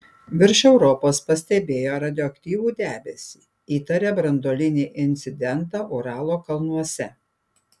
virš europos pastebėjo radioaktyvų debesį įtaria branduolinį incidentą uralo kalnuose